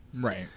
Right